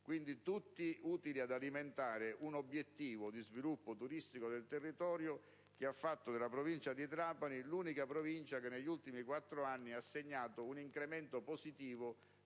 quindi tutti utili ad alimentare un obiettivo di sviluppo turistico del territorio che ha fatto della Provincia di Trapani l'unica che negli ultimi quattro anni ha segnato un incremento delle